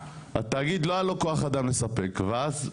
ואז,